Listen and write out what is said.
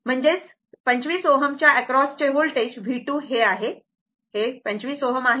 म्हणजेच 25 Ω च्या अक्रॉस चे व्होल्टेज V2 आहे हा 25 Ω आहे